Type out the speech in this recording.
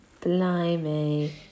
blimey